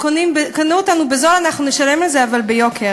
קנו אותנו בזול, אבל אנחנו נשלם על זה ביוקר.